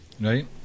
Right